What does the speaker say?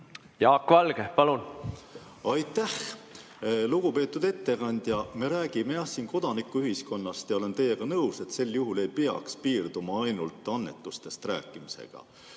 Jaak Valge, palun! Aitäh! Lugupeetud ettekandja! Me räägime jah siin kodanikuühiskonnast ja olen teiega nõus, et sel juhul ei peaks piirduma ainult annetustest rääkimisega.